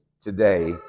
today